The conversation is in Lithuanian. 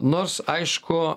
nors aišku